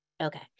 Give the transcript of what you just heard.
Okay